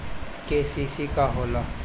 KCC का होला?